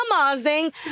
amazing